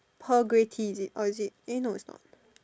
pearl grey tea is it or is it eh no it's not